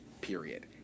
period